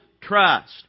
trust